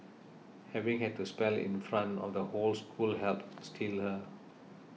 having had to spell in front of the whole school helped steel her